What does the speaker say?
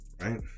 right